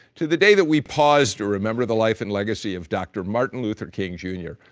to the day that we pause to remember the life and legacy of dr. martin luther king jr.